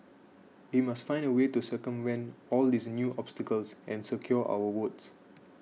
we must find a way to circumvent all these new obstacles and secure our votes